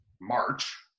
March